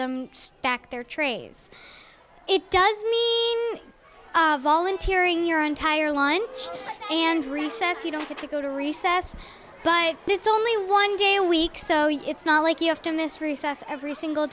them back their trades it does mean volunteering your entire line and recess you don't get to go to recess but it's only one day a week so yeah it's not like you have to miss recess every single